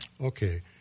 Okay